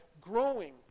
growing